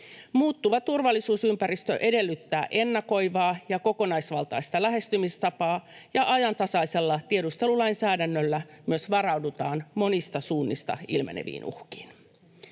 Muuttuva turvallisuusympäristö edellyttää ennakoivaa ja kokonaisvaltaista lähestymistapaa, ja ajantasaisella tiedustelulainsäädännöllä myös varaudutaan monista suunnista ilmeneviin uhkiin.